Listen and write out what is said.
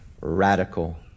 radical